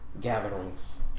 gatherings